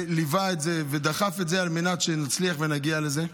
שליווה את זה ודחף את זה על מנת שנצליח ונגיע לזה,